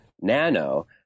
nano